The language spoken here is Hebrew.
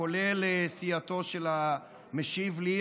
כולל סיעתו של המשיב לי,